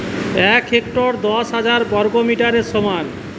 এক হেক্টর দশ হাজার বর্গমিটারের সমান